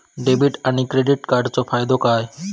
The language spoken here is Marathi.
डेबिट आणि क्रेडिट कार्डचो फायदो काय?